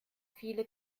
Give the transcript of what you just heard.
viele